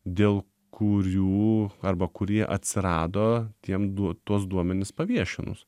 dėl kurių arba kurie atsirado tiem duoti tuos duomenis paviešinus